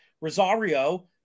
Rosario